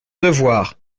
devoir